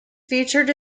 featured